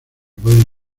pueden